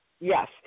Yes